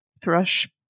thrush